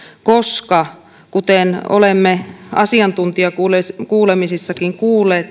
koska kuten olemme asiantuntijakuulemisissakin kuulleet